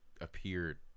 appeared